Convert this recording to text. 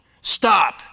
stop